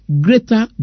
greater